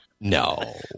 No